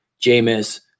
Jameis